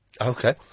Okay